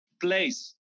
place